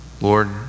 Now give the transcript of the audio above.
Lord